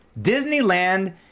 Disneyland